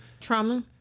trauma